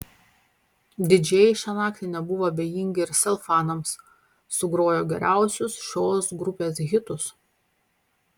didžėjai šią naktį nebuvo abejingi ir sel fanams sugrojo geriausius šios grupės hitus